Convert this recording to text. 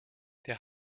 der